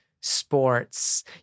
sports